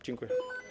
Dziękuję.